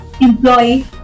Employee